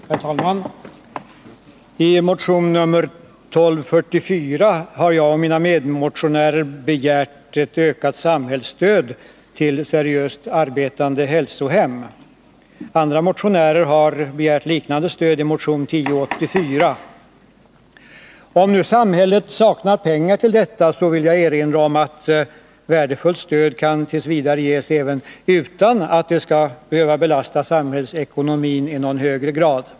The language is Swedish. Herr talman! I motion nr 1980/81:1244 har jag och mina medmotionärer begärt ett ökat samhällsstöd till seriöst arbetande hälsohem. Andrå motionärer har begärt liknande stöd i motion nr 1084. Om nu samhället saknar pengar till detta, så vill jag erinra om att värdefullt stöd t. v. kan ges även utan att det skall behöva belasta samhällsekonomin i någon högre grad.